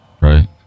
Right